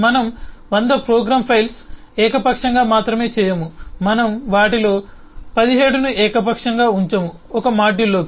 మనం 100 program files ఏకపక్షంగా మాత్రమే చేయము మనం వాటిలో 17 ని ఏకపక్షంగా ఉంచము 1 మాడ్యూల్ లోకి